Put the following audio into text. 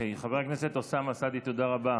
חבר הכנסת אוסאמה סעדי, תודה רבה.